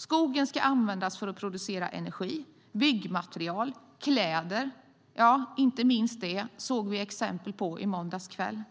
Skogen ska användas för att producera energi, byggmaterial, kläder - ja, inte minst det såg vi exempel på i måndags kväll